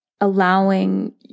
allowing